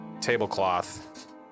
tablecloth